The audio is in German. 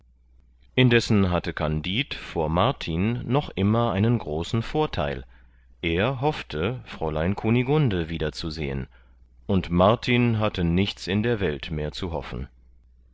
indessen hatte kandid vor martin noch immer einen großen vortheil er hoffte fräulein kunigunde wiederzusehen und martin hatte nichts in der welt mehr zu hoffen